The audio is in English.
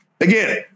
Again